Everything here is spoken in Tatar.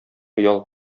оял